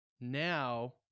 now